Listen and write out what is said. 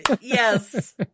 Yes